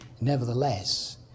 nevertheless